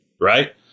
Right